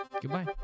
Goodbye